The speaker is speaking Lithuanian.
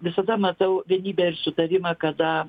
visada matau vienybę ir sutarimą kada